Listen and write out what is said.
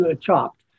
chopped